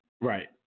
Right